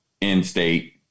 in-state